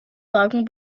dragons